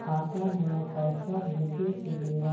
खाता म पैसा भेजे के बेरा